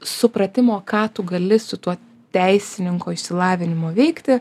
supratimo ką tu gali su tuo teisininko išsilavinimu veikti